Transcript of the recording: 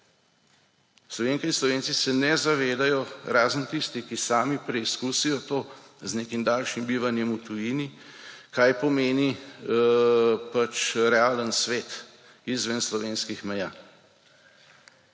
Slovenke in Slovenci se ne zavedajo, razen tistih, ki sami preizkusijo to z nekim daljšim bivanjem v tujini, kaj pomeni realen svet izven slovenskih meja.